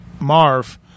marv